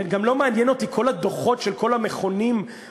גם לא מעניינים אותי כל הדוחות של כל המכונים הפרטיים